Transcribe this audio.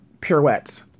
pirouettes